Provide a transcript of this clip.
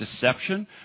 deception